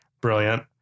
Brilliant